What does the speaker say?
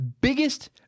biggest